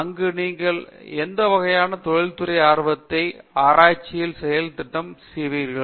அங்கு நீங்கள் எந்த வகையான தொழில்முறை ஆர்வத்தை ஒரு ஆராய்ச்சிக்கான செயல் திட்டத்தில் அறிவீர்கள்